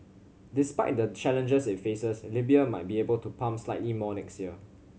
despite the challenges it faces Libya might be able to pump slightly more next year